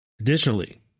Additionally